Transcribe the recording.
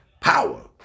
power